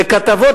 וכתבות,